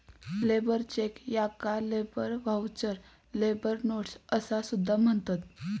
labour cheque याका labour voucher, labour notes असा सुद्धा म्हणतत